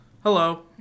Hello